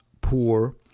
poor